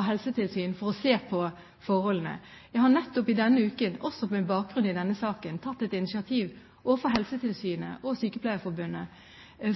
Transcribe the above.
helsetilsyn for å se på forholdene. Jeg har nettopp i denne uken, også med bakgrunn i denne saken, tatt et initiativ overfor Helsetilsynet og Sykepleierforbundet